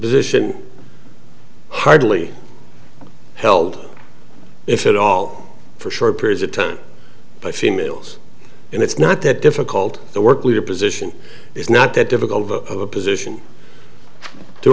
position hardly held if at all for short periods of time by females and it's not that difficult the work leader position is not that difficult of a position to